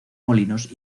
molinos